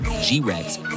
G-Rex